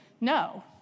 no